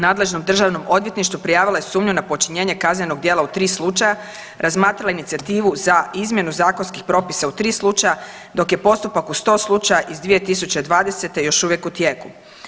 Nadležnom državnom odvjetništvu prijavila je sumnju na počinjenje kaznenog djela u tri slučaja, razmatrala inicijativu za izmjenu zakonskih propisa u tri slučaja, dok je postupak u sto slučaja iz 2020. još uvijek u tijeku.